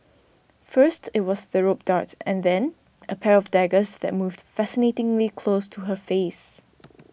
first it was the rope dart and then a pair of daggers that moved fascinatingly close to her face